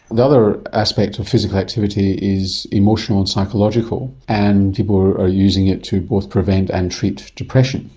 the other aspect of physical activity is emotional and psychological, and people are are using it to both prevent and treat depression.